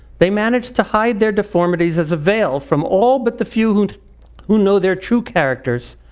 they manage to hide their deformities as a veil from all but the few who and who know their true characters,